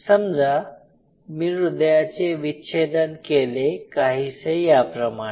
समजा मी हृदयाचे विच्छेदन केले काहीसे याप्रमाणे